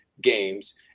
games